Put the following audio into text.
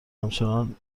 همچنان